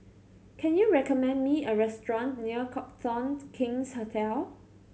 can you recommend me a restaurant near Copthorne King's Hotel